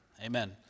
Amen